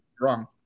wrong